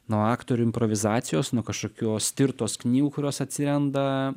nuo aktorių improvizacijos nuo kažkokios stirtos knygų kurios atsiranda